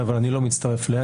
אבל אני לא מצטרף ל-.